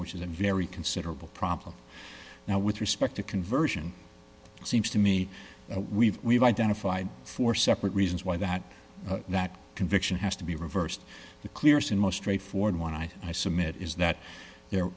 which is a very considerable problem now with respect to conversion it seems to me we've we've identified four separate reasons why that that conviction has to be reversed the clearest and most straightforward one i assume it is that the